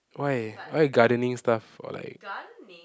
why why you gardening stuff or like